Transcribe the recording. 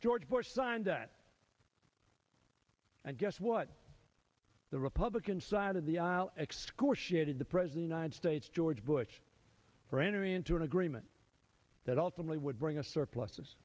george bush signed that and guess what the republican side of the aisle excruciating the president and states george bush for entering into an agreement that ultimately would bring a surplus